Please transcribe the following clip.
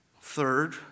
Third